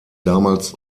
damals